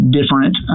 different